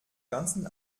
ganzen